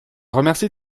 remercie